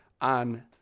on